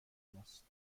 ماست